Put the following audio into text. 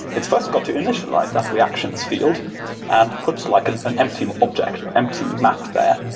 it first got to initialize that reaction's field and puts like an an empty um object, or empty map there,